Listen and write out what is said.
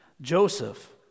Joseph